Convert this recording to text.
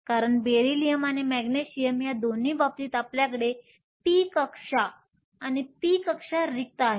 कारण बेरिलियम आणि मॅग्नेशियम या दोन्ही बाबतीत आपल्याकडे p कक्षा आहेत आणि p कक्षा रिक्त आहेत